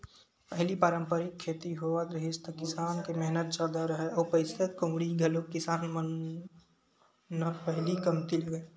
पहिली पारंपरिक खेती होवत रिहिस त किसान के मेहनत जादा राहय अउ पइसा कउड़ी घलोक किसान मन न पहिली कमती लगय